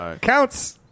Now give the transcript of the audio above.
Counts